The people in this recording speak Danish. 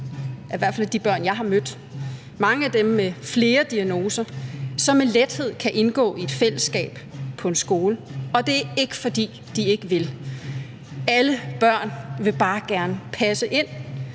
i hvert fald af de børn, jeg har mødt, mange af dem med flere diagnoser – som med lethed kan indgå i et fællesskab på en skole. Og det er ikke, fordi de ikke vil; alle børn vil bare gerne passe ind,